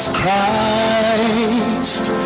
Christ